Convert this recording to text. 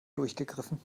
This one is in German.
durchgegriffen